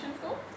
School